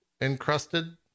encrusted